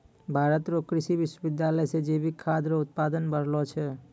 भारत रो कृषि विश्वबिद्यालय से जैविक खाद रो उत्पादन बढ़लो छै